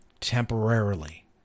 temporarily